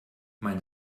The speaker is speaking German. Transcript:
mein